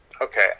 okay